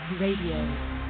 Radio